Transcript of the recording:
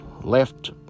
left